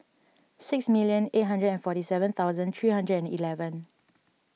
six million eight hundred and forty seven thousand three hundred and eleven